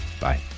Bye